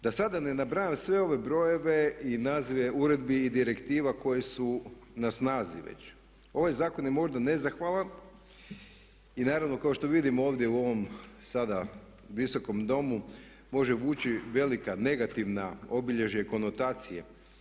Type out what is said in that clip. Da sada ne nabrajam sve ove brojeve i nazive uredbi i direktiva koje su na snazi već ovaj zakon je možda nezahvalan i naravno kao što vidimo ovdje u ovom sada Visokom domu može vući velika negativna obilježja i konotacije.